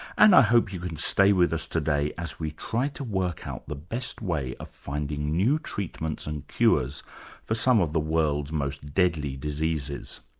and i hope you can stay with us today as we try to work out the best way of finding new treatments and cures for some of the world's most deadly diseases.